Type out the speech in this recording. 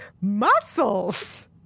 muscles